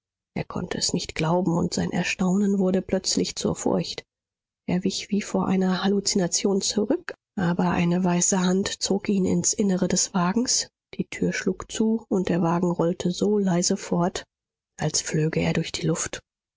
er konnte es nicht glauben und sein erstaunen wurde plötzlich zur furcht er wich wie vor einer halluzination zurück aber eine weiße hand zog ihn ins innere des wagens die tür schlug zu und der wagen rollte so leise fort als flöge er durch die luft